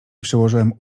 przyłożyłem